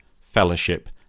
Fellowship